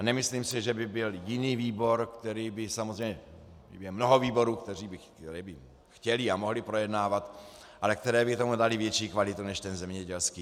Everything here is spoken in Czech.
Nemyslím si, že by byl jiný výbor, samozřejmě je mnoho výborů, které by chtěly a mohly projednávat, ale které by tomu daly větší kvalitu než ten zemědělský.